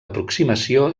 aproximació